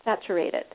Saturated